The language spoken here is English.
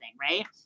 Right